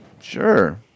Sure